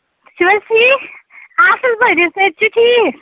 تُہۍ چھُو حظ ٹھیٖک اَصٕل پٲٹھۍ صحت چھُو ٹھیٖک